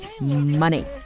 money